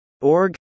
Org